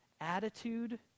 attitude